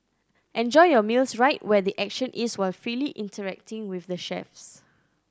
enjoy your meals right where the action is while freely interacting with the chefs